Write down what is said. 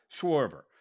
Schwarber